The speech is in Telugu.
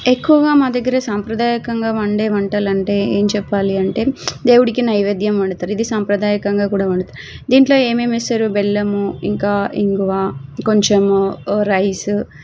ఎక్కువగా మా దగ్గర సాంప్రదాయకంగా వండే వంటలు అంటే ఏం చెప్పాలి అంటే దేవుడికి నైవేద్యం వండుతారు ఇది సంప్రదాయకంగా కూడా వండుతారు దీంట్లో ఏమేం వేస్తారు బెల్లము ఇంకా ఇంగువ కొంచెం రైస్